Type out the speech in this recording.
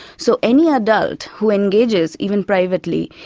so any adult who engages, even privately,